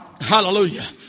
Hallelujah